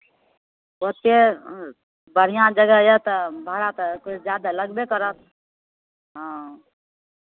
ओतेक बढ़िआँ जगह यए तऽ भाड़ा तऽ किछु ज्यादा लगबे करत हँ